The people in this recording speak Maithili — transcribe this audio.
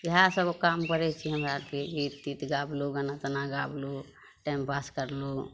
इएह सभ काम करै छियै हमरा आर कि गीत तीत गायलहुॅं गाना ताना गायलहुॅं टाइम पास कयलहुॅं